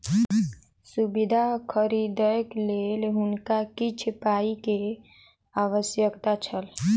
सुविधा खरीदैक लेल हुनका किछ पाई के आवश्यकता छल